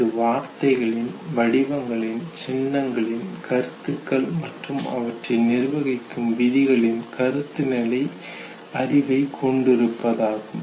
இது வார்த்தைகளின் வடிவங்களின் சின்னங்களின் கருத்துகள்மற்றும் அவற்றை நிர்வகிக்கும் விதிகளின் கருத்து நிலை அறிவை கொண்டிருப்பதாகும்